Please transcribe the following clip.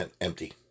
empty